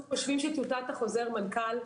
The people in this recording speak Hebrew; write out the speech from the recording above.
שטיוטת חוזר המנכ"ל,